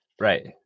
Right